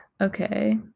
Okay